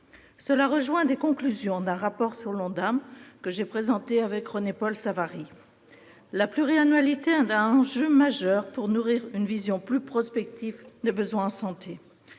certaines des conclusions d'un rapport sur l'Ondam que j'ai présenté avec René-Paul Savary. La pluriannualité est un enjeu majeur pour nourrir une vision plus prospective des besoins en santé.